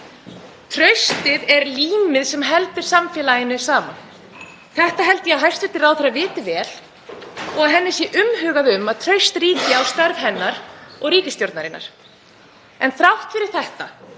Traustið er límið sem heldur samfélaginu saman. Þetta held ég að hæstv. ráðherra viti vel og henni sé umhugað um að traust ríki um störf hennar og ríkisstjórnarinnar. En þrátt fyrir þetta